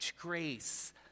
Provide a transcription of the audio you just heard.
grace